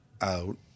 out